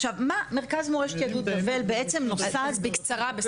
עכשיו, מה מרכז מורשת יהדות בבל, בעצם, אנחנו